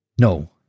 No